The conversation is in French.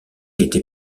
était